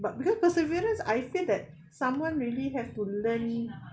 but because perseverance I feel that someone really have to learn